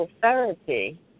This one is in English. therapy